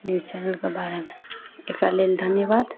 news चैनलके बारेमे एकरा लेल धन्यवाद